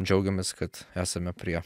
džiaugiamės kad esame prie